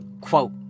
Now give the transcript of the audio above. quote